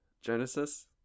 genesis